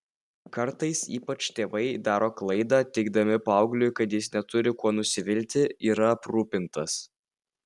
kartais ypač tėvai daro klaidą teigdami paaugliui kad jis neturi kuo nusivilti yra aprūpintas